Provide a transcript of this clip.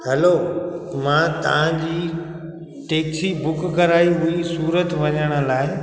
हलो मां तव्हांजी taxi book कराई हुई सूरत वञण लाइ